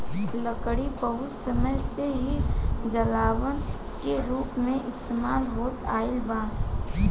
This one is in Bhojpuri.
लकड़ी बहुत समय से ही जलावन के रूप में इस्तेमाल होत आईल बा